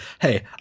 Hey